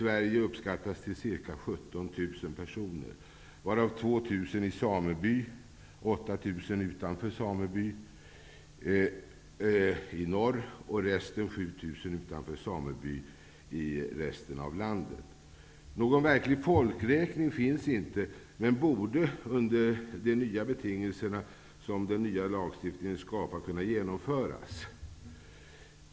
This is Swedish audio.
personer, varav 2 000 i sameby, 8 000 utanför sameby i norr och 7 000 utanför sameby i resten av landet. Någon verklig folkräkning finns inte, men borde under de nya betingelser som den nya lagstiftningen skapar kunna genomföras.